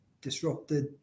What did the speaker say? disrupted